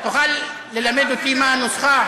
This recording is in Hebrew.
תוכל ללמד אותי מה הנוסחה?